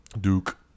Duke